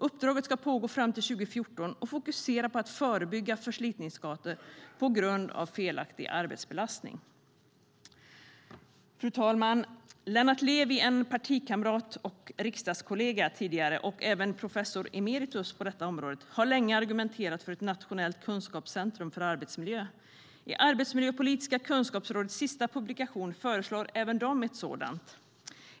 Uppdraget ska pågå fram till 2014 och fokusera på att förebygga förslitningsskador på grund av felaktig arbetsbelastning. Fru talman! Lennart Levi, partikamrat, före detta riksdagskollega och professor emeritus på detta område, har länge argumenterat för ett nationellt kunskapscentrum för arbetsmiljö. I Arbetsmiljöpolitiska kunskapsrådets sista publikation föreslår även de ett sådant.